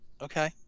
Okay